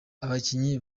abakinnyi